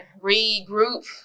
regroup